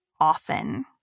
often